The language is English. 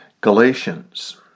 Galatians